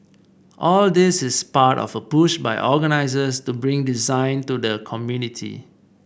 all this is part of a push by organisers to bring design to the community